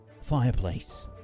fireplace